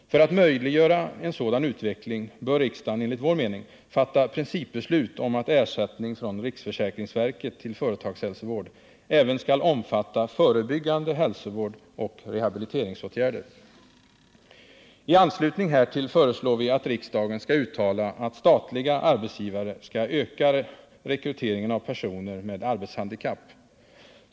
För att möjliggöra en sådan utveckling bör riksdagen enligt vår mening fatta principbeslut om att ersättning från riksförsäkringsverket till företagshälsovård även skall omfatta förebyggande hälsovård och rehabiliteringsåtgärder. I anslutning härtill föreslår vi att riksdagen skall uttala att statliga arbetsgivare skall öka rekryteringen av personer med arbetshandikapp.